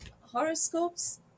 horoscopes